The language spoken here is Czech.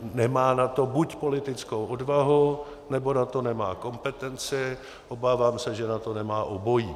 Nemá na to buď politickou odvahu, nebo na to nemá kompetenci, obávám se, že na to nemá obojí.